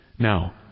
Now